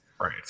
Right